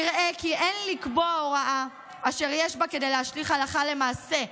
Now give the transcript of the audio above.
נראה כי אין לקבוע הוראה אשר יש בה כדי להשליך הלכה למעשה על,